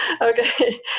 Okay